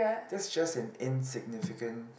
that's just an insignificant